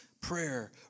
prayer